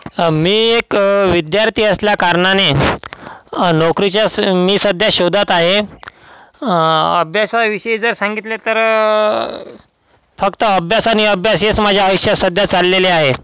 मी एक विद्यार्थी असल्या कारनाने नोकरीच्या स मी सध्या शोधात आहे अभ्यासाविषयी जर सांगितले तर फक्त अभ्यास आणि अभ्यास हेच माझ्या आयुष्यात सध्या चाललेले आहे